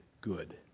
good